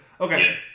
okay